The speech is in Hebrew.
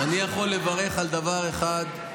אני יכול לברך על דבר אחד: